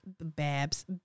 Babs